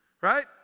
Right